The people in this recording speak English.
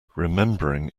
remembering